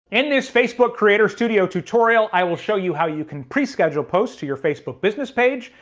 in this facebook creators studio tutorial, i will show you how you can pre-schedule posts to your facebook business page,